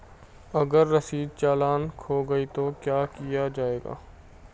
अगर रसीदी चालान खो गया तो क्या किया जाए?